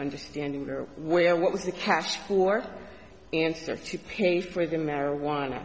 understanding where what was the catch or answer to pay for the marijuana